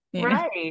Right